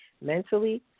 mentally